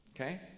Okay